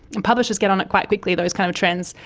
and publishers get on it quite quickly, those kind of trends.